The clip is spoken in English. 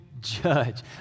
judge